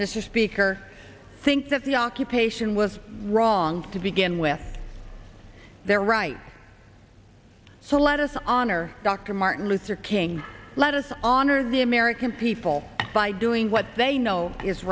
mr speaker think that the occupation was wrong to begin with there right so let us honor dr martin luther king let us honor the american people by doing what they know is